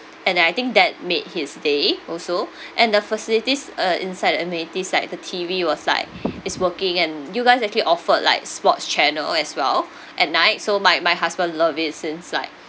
and I think that made his day also and the facilities uh inside the amenities like the T_V was like is working and you guys actually offered like sports channel as well at night so my my husband love it since like